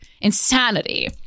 insanity